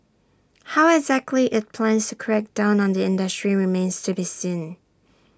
how exactly IT plans to crack down on the industry remains to be seen